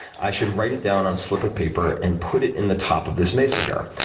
i should write it down on a slip of paper and put it in the top of this mason jar.